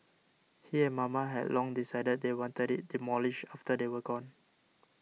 he and Mama had long decided they wanted it demolished after they were gone